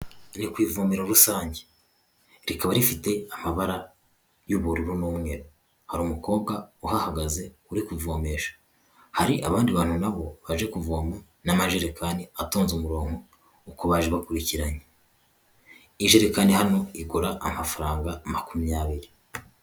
Turi ku ivomero rusange, rikaba rifite amabara y'ubururu n'umweru, hari umukobwa uhagaze uri kuvomesha, hari abandi bantu nabo baje kuvoma n'amajerekani atonze umurongo, uko baje bakurikiranye, injerekani hano igura amafaranga makumyabiri.